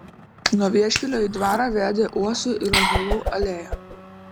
nuo vieškelio į dvarą vedė uosių ir ąžuolų alėja